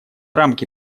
рамки